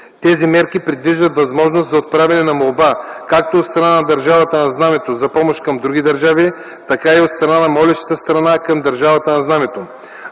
Тези мерки предвиждат възможност за отправяне на молба както от страна на държавата на знамето за помощ към други държави, така и от страна на молещата страна към държавата на знамето.